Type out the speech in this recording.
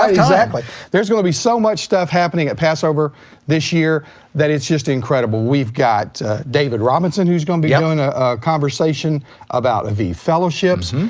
ah there's going to be so much stuff happening at passover this year that is just incredible. we've got david robinson who's going to be ah doing a conversation about the fellowships.